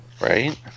Right